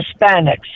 Hispanics